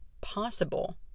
possible